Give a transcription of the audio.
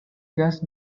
just